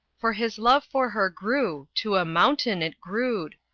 for his love for her grew to a mountain it grewed,